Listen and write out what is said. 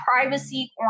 privacy